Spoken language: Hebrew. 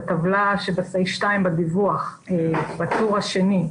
בטבלה שבסעיף 2 בדיווח בטור השני,